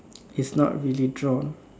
it's not really drawn